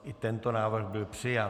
I tento návrh byl přijat.